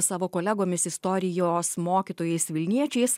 savo kolegomis istorijos mokytojais vilniečiais